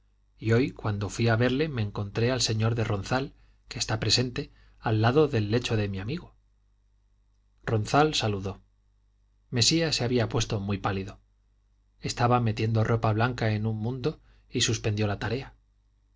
y hoy cuando fui a verle me encontré al señor de ronzal que está presente al lado del lecho de mi amigo ronzal saludó mesía se había puesto muy pálido estaba metiendo ropa blanca en un mundo y suspendió la tarea